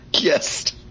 Yes